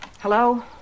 hello